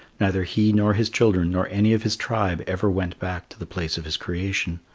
neither he nor his children nor any of his tribe ever went back to the place of his creation.